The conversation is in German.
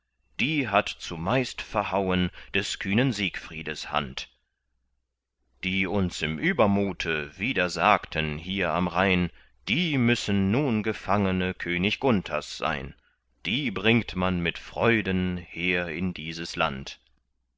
die hat zumeist verhauen des kühnen siegfriedes hand die uns im übermute widersagten hier am rhein die müssen nun gefangene könig gunthers sein die bringt man mit freuden her in dieses land